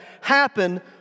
happen